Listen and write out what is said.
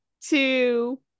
two